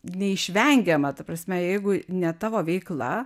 neišvengiama ta prasme jeigu ne tavo veikla